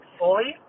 fully